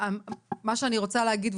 שאני רוצה להגיד,